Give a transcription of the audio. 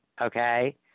Okay